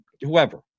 whoever